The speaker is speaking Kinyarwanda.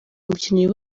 mukinnyi